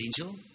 angel